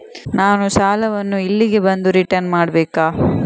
ನಾನು ಸಾಲವನ್ನು ಇಲ್ಲಿಗೆ ಬಂದು ರಿಟರ್ನ್ ಮಾಡ್ಬೇಕಾ?